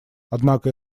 однако